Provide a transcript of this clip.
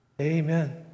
Amen